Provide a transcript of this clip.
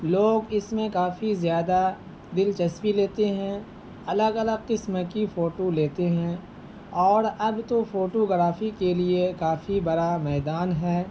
لوگ اس میں کافی زیادہ دلچسپی لیتے ہیں الگ الگ قسم کی فوٹو لیتے ہیں اور اب تو فوٹو گرافی کے لیے کافی بڑا میدان ہے